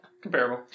Comparable